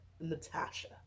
Natasha